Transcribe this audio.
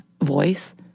voice